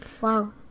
Wow